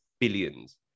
billions